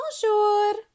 bonjour